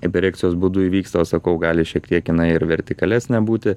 be erekcijos būdu įvyksta sakau gali šiek tiek jinai ir vertikalesnė būti